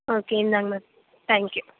okay இந்தாங்க ma'am thank you